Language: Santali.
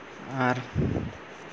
ᱟᱨ